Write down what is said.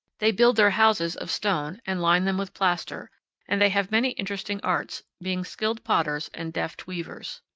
they build their houses of stone and line them with plaster and they have many interesting arts, being skilled potters and deft weavers.